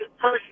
person